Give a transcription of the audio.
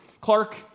Clark